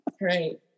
Right